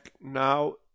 now